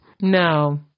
no